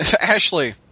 Ashley